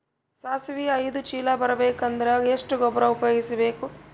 ಸಾಸಿವಿ ಐದು ಚೀಲ ಬರುಬೇಕ ಅಂದ್ರ ಎಷ್ಟ ಗೊಬ್ಬರ ಉಪಯೋಗಿಸಿ ಬೇಕು?